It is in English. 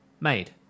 made